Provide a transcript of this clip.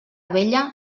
vella